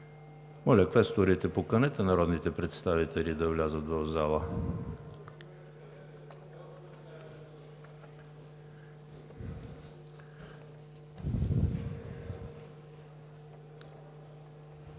Моля, квесторите, поканете народните представители да влязат в залата.